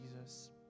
Jesus